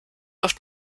auf